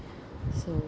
so